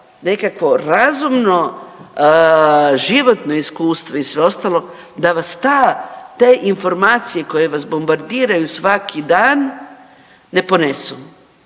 nekakvo razumno životno iskustvo i sve ostalo da vas te informacije koje vas bombardiraju svaki dan ne ponesu,